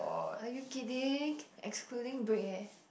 are you kidding excluding break eh